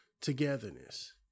togetherness